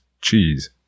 cheese